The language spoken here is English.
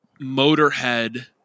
motorhead